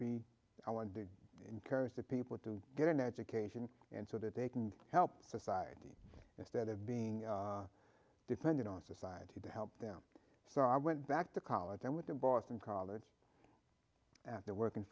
be i want to encourage the people to get an education and so that they can help society instead of being dependent on society to help them so i went back to college and went to boston college after work